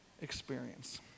experience